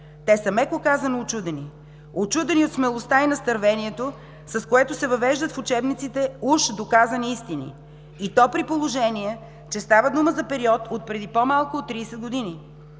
Те са, меко казано, учудени. Учудени от смелостта и настървението, с което се въвеждат в учебниците уж доказани истини и то при положение, че става дума за период от преди по-малко от 30 години